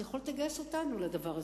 כי יכולת לגייס אותנו לדבר הזה.